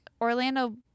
Orlando